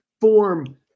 form